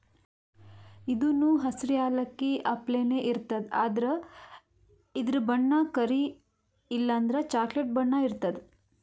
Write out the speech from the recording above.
ಇದೂನು ಹಸ್ರ್ ಯಾಲಕ್ಕಿ ಅಪ್ಲೆನೇ ಇರ್ತದ್ ಆದ್ರ ಇದ್ರ್ ಬಣ್ಣ ಕರಿ ಇಲ್ಲಂದ್ರ ಚಾಕ್ಲೆಟ್ ಬಣ್ಣ ಇರ್ತದ್